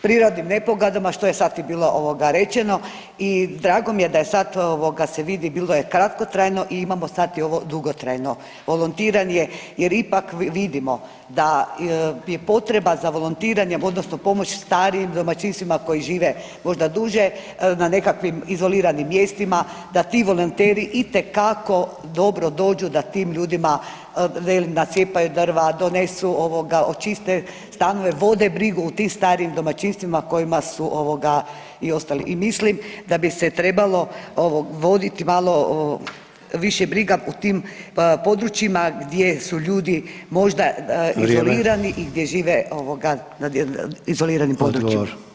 Privatnim ... što je sasvim bilo rečeno i drago mi je da je sad ovoga se vidi, bilo je kratkotrajno i imamo sad i ovo dugotrajno volontiranje jer ipak vidimo da je potreba za volontiranjem, odnosno pomoć starijim domaćinstvima koji žive možda duže, na nekakvim izoliranim mjestima, da ti volonteri itekako dobro dođu da tim ljudima, velim, nacijepaju drva, donesu, očiste stanove, vode brigu o tim starijim domaćinstvima kojima su ovoga, i ostali i mislim da bi se trebalo voditi malo više briga u tim područjima gdje su ljudi možda [[Upadica: Vrijeme.]] izolirani i gdje žive ovoga, izoliranim područjima.